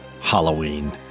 Halloween